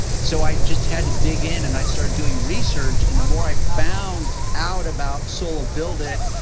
so i just had to dig in and i started doing research and the more i found out about solo build it,